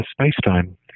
space-time